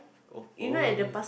oh okay